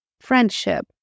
Friendship